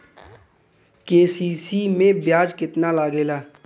KCC में ब्याज कितना लागेला?